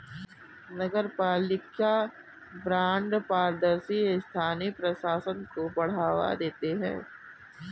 नगरपालिका बॉन्ड पारदर्शी स्थानीय प्रशासन को बढ़ावा देते हैं